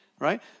right